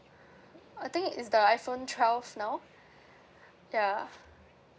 I think it's the iphone twelve now ya